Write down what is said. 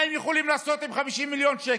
מה הם יכולים לעשות עם 50 מיליון שקל?